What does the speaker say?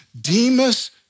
Demas